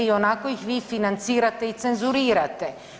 Ionako ih vi financirate i cenzurirate.